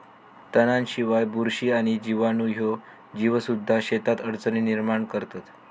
तणांशिवाय, बुरशी आणि जीवाणू ह्ये जीवसुद्धा शेतात अडचणी निर्माण करतत